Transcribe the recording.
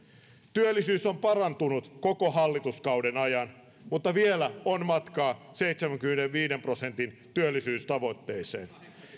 työllisyys on parantunut koko hallituskauden ajan mutta vielä on matkaa seitsemänkymmenenviiden prosentin työllisyystavoitteeseen